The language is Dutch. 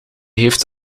heeft